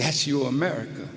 that's you america